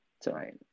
tonight